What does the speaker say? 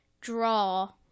draw